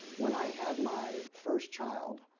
when i had my first child,